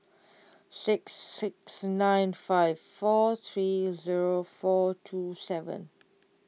six six nine five four three zero four two seven